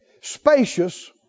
Spacious